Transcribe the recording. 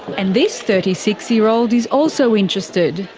and this thirty six year old is also interested,